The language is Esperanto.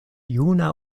juna